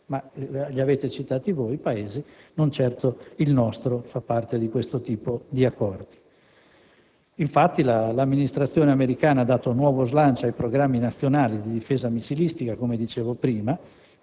li avete citati voi, tali Paesi, e certo il nostro non fa parte di questo tipo di accordi. Infatti, l'amministrazione americana ha dato nuovo slancio ai programmi nazionali di difesa missilistica, come dicevo prima.